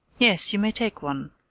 yes, you may take one,